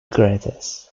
gratis